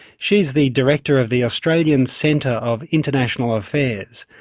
she's the director of the australian centre of international affairs.